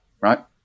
right